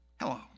Hello